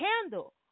handle